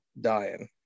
dying